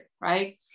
right